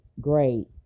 great